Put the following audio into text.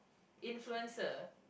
influencer